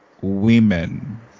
women